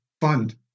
fund